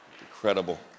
Incredible